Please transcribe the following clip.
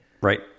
Right